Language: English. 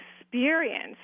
experience